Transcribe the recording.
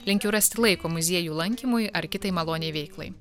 linkiu rasti laiko muziejų lankymui ar kitai maloniai veiklai